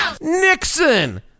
Nixon